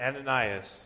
Ananias